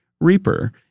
Reaper